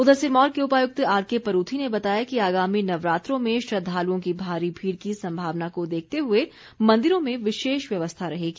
उधर सिरमौर के उपायुक्त आरके परूथी ने बताया कि आगामी नवरात्रों में श्रद्वालुओं की भारी भीड़ की संभावना को देखते हुए मंदिरों में विशेष व्यवस्था रहेगी